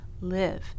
live